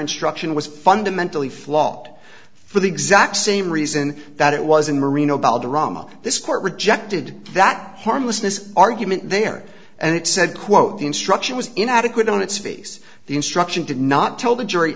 instruction was fundamentally flawed for the exact same reason that it was in marino balderrama this court rejected that harmlessness argument there and it said quote the instruction was inadequate on its face the instruction did not tell the jury